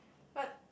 but